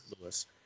Lewis